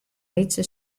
lytse